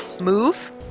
move